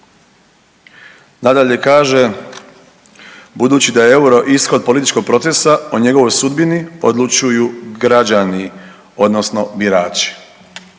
Nadalje kaže, budući da je EUR-o ishod političkog procesa o njegovoj sudbini odlučuju građani odnosno birači.